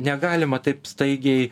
negalima taip staigiai